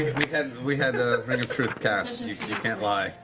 we had we had ah ring of truth cast. you can't lie.